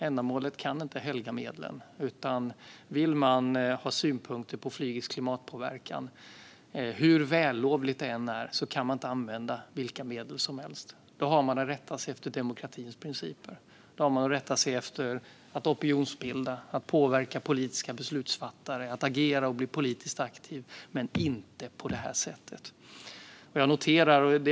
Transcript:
Ändamålet kan inte helga medlen. Vill man ha synpunkter på flygets klimatpåverkan, hur vällovligt det än är, kan man inte använda vilka medel som helst. Då har man att rätta sig efter demokratins principer. Då har man att hålla sig till att opinionsbilda, att påverka politiska beslutsfattare, att agera politiskt och bli politiskt aktiv - men inte på det här sättet.